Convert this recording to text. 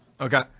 Okay